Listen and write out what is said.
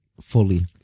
fully